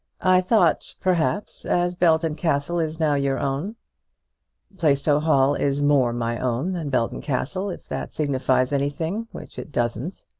i thought, perhaps as belton castle is now your own plaistow hall is more my own than belton castle, if that signifies anything which it doesn't.